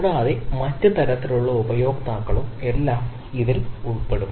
കൂടാതെ മറ്റ് തരത്തിലുള്ള ഉപയോക്താക്കളും എല്ലാം ഇതിൽ ഉൾപ്പെടും